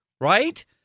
right